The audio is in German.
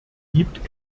gibt